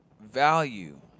value